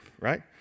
right